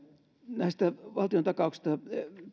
näistä valtiontakauksista